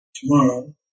tomorrow